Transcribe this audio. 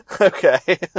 Okay